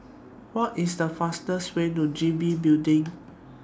What IS The fastest Way to G B Building